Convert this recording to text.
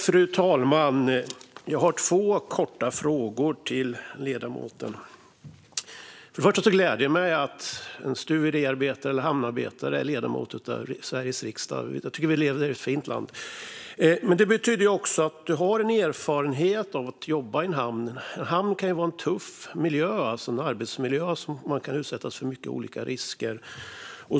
Fru talman! Jag har två korta frågor till ledamoten. Till att börja med gläder det mig att en stuveri eller hamnarbetare är ledamot av Sveriges riksdag. Jag tycker att vi lever i ett fint land. Ledamoten har alltså erfarenhet av att jobba i en hamn. Det kan vara en tuff arbetsmiljö där man kan utsättas för många olika risker.